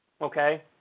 Okay